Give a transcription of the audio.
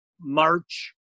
March